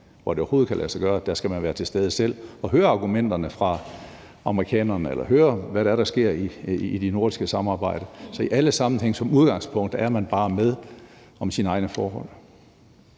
hvor det overhovedet kan lade sig gøre, være tilstede selv og høre argumenterne fra amerikanerne eller høre, hvad det er, der sker i det nordiske samarbejde, så man i alle sammenhænge som udgangspunkt bare er med om sine egne forhold.